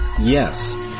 Yes